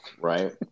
right